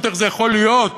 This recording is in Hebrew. איך זה יכול להיות?